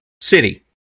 city